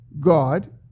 God